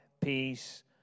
peace